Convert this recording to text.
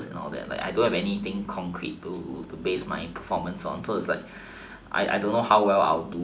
I don't have anything concrete to base my performance on so I don't know how well